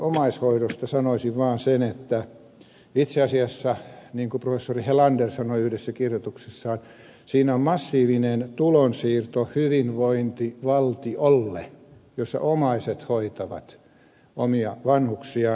omaishoidosta sanoisin vaan sen että itse asiassa niin kuin professori helander sanoi yhdessä kirjoituksessaan siinä on massiivinen tulonsiirto hyvinvointivaltiolle jossa omaiset hoitavat omia vanhuksiaan